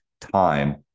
Time